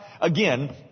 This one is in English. again